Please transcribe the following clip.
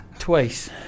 twice